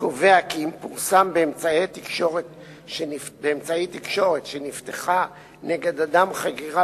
קובע כי אם פורסם באמצעי התקשורת שנפתחה נגד אדם חקירה